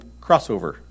crossover